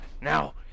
Now